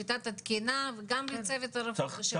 שיטת התקינה וגם לצוות הרפואי,